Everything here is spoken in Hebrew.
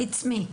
זו אני.